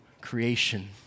creation